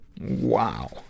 Wow